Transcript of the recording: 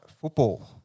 football